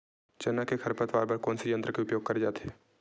चना के खरपतवार बर कोन से यंत्र के उपयोग करे जाथे?